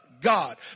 God